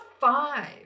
five